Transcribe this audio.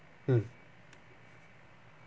mm